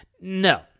No